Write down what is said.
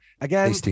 again